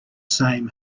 same